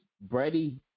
Brady